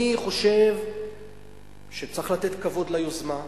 אני חושב שצריך לתת כבוד ליוזמה,